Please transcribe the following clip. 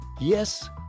Yes